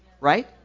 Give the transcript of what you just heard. Right